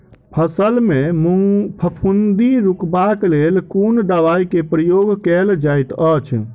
फसल मे फफूंदी रुकबाक लेल कुन दवाई केँ प्रयोग कैल जाइत अछि?